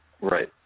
Right